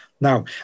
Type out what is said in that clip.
Now